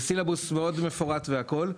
זה סילבוס מאוד מפורט והכל,